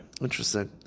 interesting